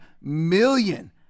million